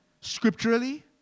Scripturally